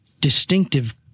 distinctive